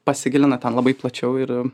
pasigilina ten labai plačiau ir